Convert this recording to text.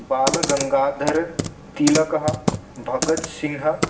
बालगङ्गाधर् तिलकः भगत्सिङ्गः